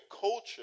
culture